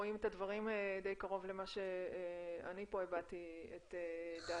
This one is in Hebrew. רואים את הדברים די קרוב למה שאני פה הבעתי את דעתי.